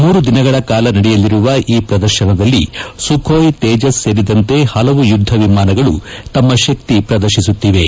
ಮೂರು ದಿನಗಳ ಕಾಲ ನಡೆಯಲಿರುವ ಈ ಪ್ರದರ್ಶನದಲ್ಲಿ ಸುಖೋಯ್ ತೇಜಸ್ ಸೇರಿದಂತೆ ಹಲವು ಯುದ್ದ ವಿಮಾನಗಳು ತಮ್ಮ ಶಕ್ತಿ ಪ್ರದರ್ಶಿಸುತ್ತಿವೆ